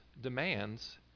demands